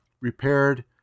repaired